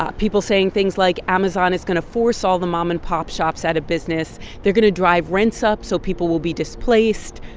people saying things like, amazon is going to force all the mom and pop shops out of business. they're going to drive rents up so people will be displaced.